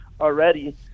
already